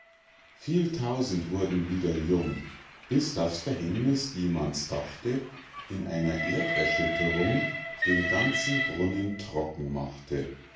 viel tausend wurden wieder jung bis das verhängniß eh man's dachte in einer erderschütterung den ganzen brunnen trocken machte